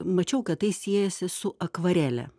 mačiau kad tai siejasi su akvarele